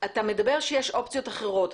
אתה אומר שיש אופציות אחרות.